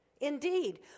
Indeed